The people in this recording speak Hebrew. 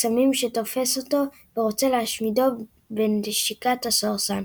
שתופס אותו ורוצה להשמידו בנשיקת הסוהרסן.